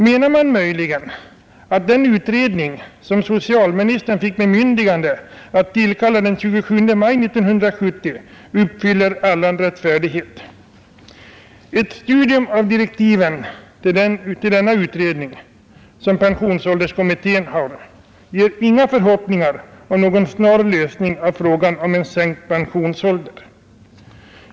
Menar man möjligen att den utredning som socialministern fick bemyndigande att tillkalla den 27 maj 1970 uppfyller allan rättfärdighet? Ett studium av direktiven till denna utredning, pensionsålderskommittén, ger inga förhoppningar om någon snar lösning av frågan om en sänkt pensionsålder.